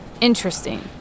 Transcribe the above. Interesting